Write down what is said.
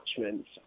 attachments